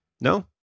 No